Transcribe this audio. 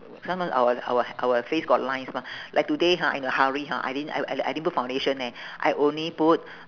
sometime our our our face got lines mah like today har I in a hurry har I didn't I I I didn't put foundation leh I only put